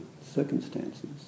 circumstances